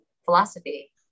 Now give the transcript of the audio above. Philosophy